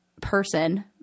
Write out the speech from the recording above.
person